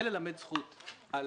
ללמד זכות על